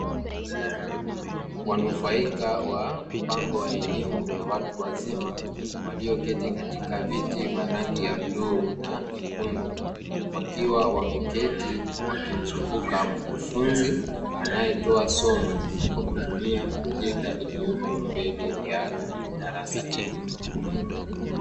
Wanufaika wa mpango wa elimu ya watu wazima walioketi katika viti vya rangi ya bluu na nyekundu, wakiwa wameketi wakimzunguka mkufunzi anayetoa somo kwa kutumia projekta iliyoko mbele ya darasa hilo.